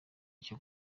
icyo